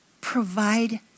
provide